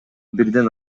бирден